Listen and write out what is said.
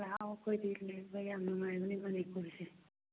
ꯂꯥꯛꯑꯣ ꯑꯩꯈꯣꯏꯗꯤ ꯂꯩꯕ ꯌꯥꯝ ꯅꯨꯡꯉꯥꯏꯕꯅꯤ ꯃꯅꯤꯄꯨꯔꯁꯦ